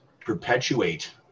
perpetuate